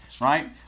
right